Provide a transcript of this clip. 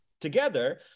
together